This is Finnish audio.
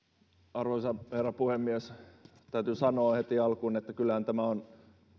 arvoisa herra puhemies täytyy sanoa heti alkuun että kyllähän tämä on